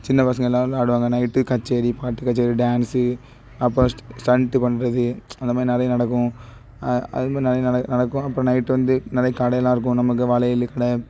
சின்ன பசங்கள் எல்லோரும் விளையாடுவாங்க நைட்டு கச்சேரி பாட்டுக்கச்சேரி டான்ஸு அப்பறம் ஸ்ட் ஸ்டண்ட்டு பண்ணுறது அந்த மாதிரி நிறைய நடக்கும் அது மாதிரி நிறைய நட நடக்கும் அப்பறம் நைட்டு வந்து நிறைய கடையெலாம் இருக்கும் நமக்கு வளையல் கடை